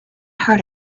heard